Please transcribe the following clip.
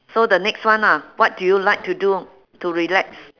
so the next one ah what do you like to do to relax